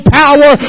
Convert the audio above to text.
power